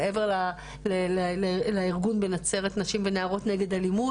מעבר לארגון בנצרת 'נשים ונערות נגד אלימות'